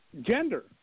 gender